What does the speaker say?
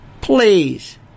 please